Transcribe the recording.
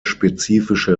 spezifische